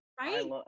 right